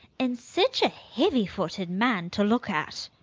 and sich a heavyfooted man, to look at.